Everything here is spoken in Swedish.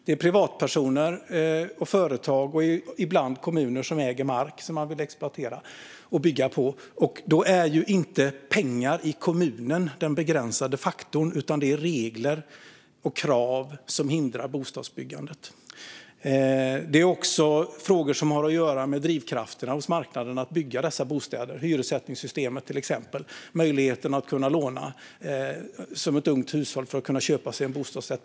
Det är privatpersoner, företag och ibland kommuner som äger mark som de vill exploatera och bygga på. Då är inte pengar i kommunen den begränsande faktorn. Det är regler och krav som hindrar bostadsbyggandet. Det handlar också om frågor som har att göra med drivkrafterna på marknaden för att bygga dessa bostäder, till exempel hyressättningssystemet och möjligheten för ett ungt hushåll att låna för att kunna köpa en bostadsrätt.